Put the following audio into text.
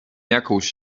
jakąś